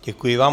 Děkuji vám.